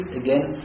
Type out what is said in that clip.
again